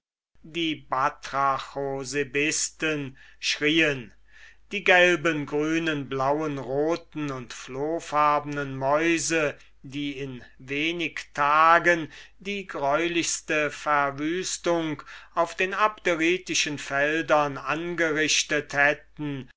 die batrachosebisten schrieen die gelben grünen blauen blutroten und flohfarben mäuse die in wenig tagen die greulichste verwüstung auf den abderitischen feldern angerichtet hatten